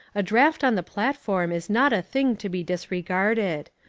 a draft on the platform is not a thing to be disregarded.